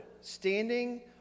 standing